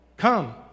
come